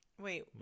Wait